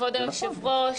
כבוד היושב-ראש,